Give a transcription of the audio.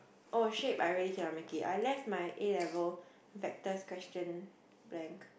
oh shape I already ya make I left my a-level vectors question blank